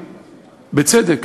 בצדק,